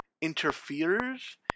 ...interferes